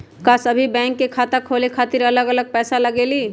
का सभी बैंक में खाता खोले खातीर अलग अलग पैसा लगेलि?